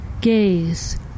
Gaze